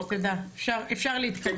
אפשר להתקדם.